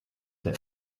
der